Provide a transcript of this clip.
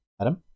Adam